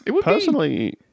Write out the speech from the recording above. Personally